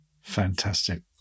Fantastic